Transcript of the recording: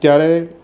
ત્યારે